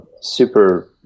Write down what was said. super